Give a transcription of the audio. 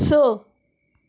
स